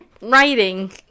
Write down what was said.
writing